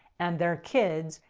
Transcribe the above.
and their kids,